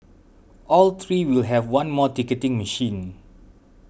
all three will have one more ticketing machine